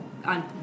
on